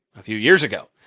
a few years ago.